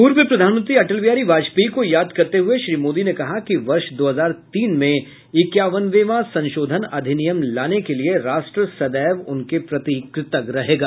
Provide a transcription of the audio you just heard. पूर्व प्रधानमंत्री अटल बिहारी वाजपेयी को याद करते हुए श्री मोदी ने कहा कि वर्ष दो हजार तीन में इकयानवेवां संशोधन अधिनियम लाने के लिए राष्ट्र सदैव उनके प्रति कृतज्ञ रहेगा